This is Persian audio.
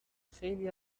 خیلی